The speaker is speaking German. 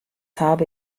habe